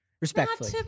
Respectfully